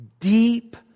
Deep